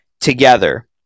together